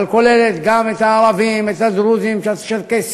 אבל כוללת גם את הערבים, את הדרוזים, את הצ'רקסים.